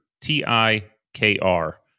T-I-K-R